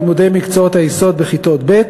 לימודי מקצועות היסוד בכיתות ב'.